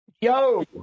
Yo